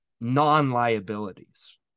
non-liabilities